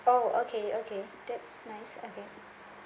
oh okay okay that's nice okay